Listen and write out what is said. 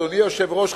אדוני היושב-ראש,